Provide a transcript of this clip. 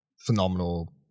phenomenal